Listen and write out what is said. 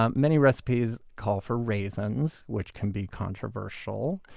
um many recipes call for raisins, which can be controversial.